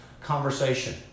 Conversation